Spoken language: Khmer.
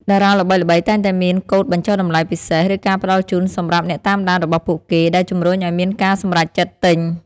តារាល្បីៗតែងតែមានកូដបញ្ចុះតម្លៃពិសេស ឬការផ្តល់ជូនសម្រាប់អ្នកតាមដានរបស់ពួកគេ ដែលជំរុញឲ្យមានការសម្រេចចិត្តទិញ។